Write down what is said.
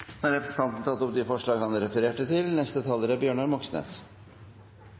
har tatt opp det forslaget han refererte til. En stats hovedoppgave er